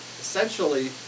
essentially